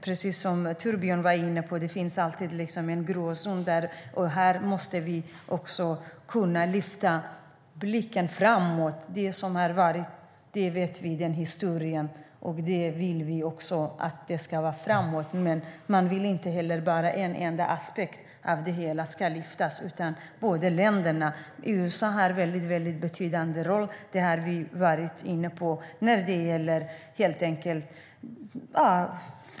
Precis som Torbjörn var inne på finns det alltid en gråzon. Här måste vi kunna lyfta blicken. Vi vet vad som har varit och hur historien ser ut. Vi vill att man ska se framåt. Det är inte bara en enda aspekt av det hela som ska lyftas fram från båda länderna. USA har en väldigt betydande roll, som vi har varit inne på, när det gäller fred och säkerhet.